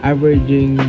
Averaging